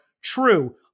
True